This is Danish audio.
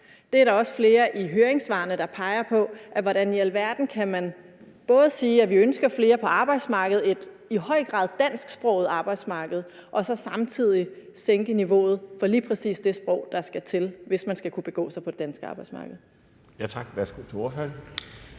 Det er der også flere i høringssvarene der peger på: Hvordan i alverden kan man både at sige, at vi ønsker flere på arbejdsmarkedet i et i høj grad dansksproget arbejdsmarked, og så samtidig sænke niveauet for lige præcis det sprog, der skal til, hvis man skal kunne begå sig på det danske arbejdsmarked? Kl. 14:06 Den fg.